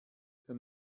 der